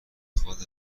خواد